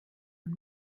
und